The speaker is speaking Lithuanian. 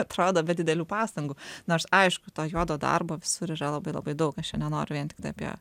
atrado be didelių pastangų nors aišku to juodo darbo visur yra labai labai daug aš čia nenoriu vien tiktai apie